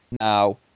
Now